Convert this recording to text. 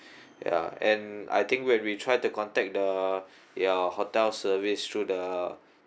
ya and I think when we tried to contact the your hotel service through the